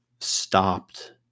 stopped